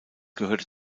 gehörte